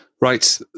Right